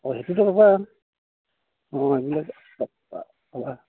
অঁ সেইটোতো